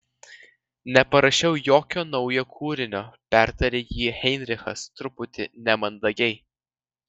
neparašiau jokio naujo kūrinio pertarė jį heinrichas truputį nemandagiai